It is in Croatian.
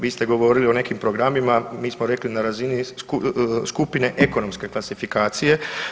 Vi ste govorili o nekim programima, mi smo rekli na razini skupine ekonomske klasifikacije.